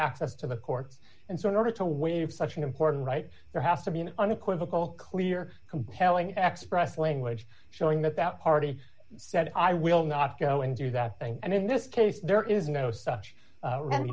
access to the courts and so in order to waive such an important right there has to be an unequivocal clear compelling xpress language showing that that party said i will not go and do that and in this case there is no such